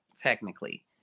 Technically